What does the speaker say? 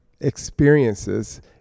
experiences